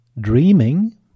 dreaming